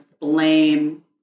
blame